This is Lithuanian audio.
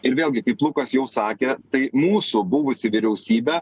ir vėlgi kaip lukas jau sakė tai mūsų buvusi vyriausybė